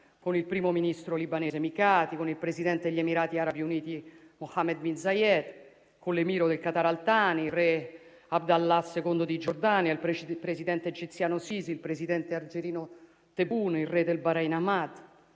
con il primo ministro libanese Mikati, con il presidente degli Emirati Arabi Uniti Mohammed bin Zayed, con l'emiro del Qatar Al Thani, con il re Abd Allah II di Giordania, il presidente egiziano Sisi, il presidente algerino Tebboune, il re del Bahrein Hamad,